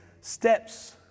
steps